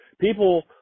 people